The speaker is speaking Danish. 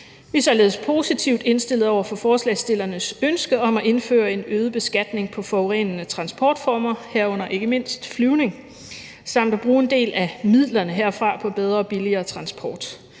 er således positivt indstillede over for forslagsstillernes ønske om at indføre en øget beskatning på forurenende transportformer, herunder ikke mindst flyvning, samt at bruge en del af midlerne herfra på bedre og billigere transport.